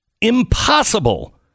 impossible